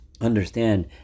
understand